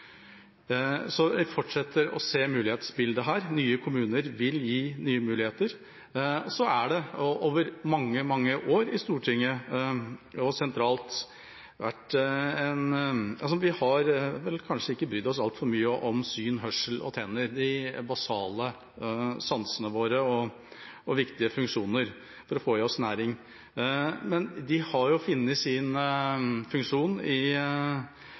Så vi fortsetter å se mulighetsbildet her. Nye kommuner vil gi nye muligheter. Så har vi gjennom mange år i Stortinget, og sentralt, kanskje ikke brydd oss altfor mye om syn, hørsel og tenner – basale sanser og viktige funksjoner for å få i seg næring. Men de har å finne sin funksjon i